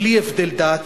בלי הבדל דת,